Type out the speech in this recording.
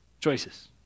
choices